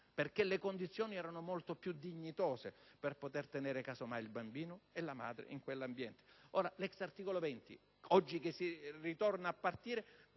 perché le condizioni erano molto più dignitose per poter tenere casomai il bambino e la madre in quell'ambiente. L'ex articolo 20 - oggi che si riparte